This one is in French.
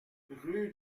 rue